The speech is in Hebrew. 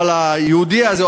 אבל היהודי הזה,